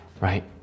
Right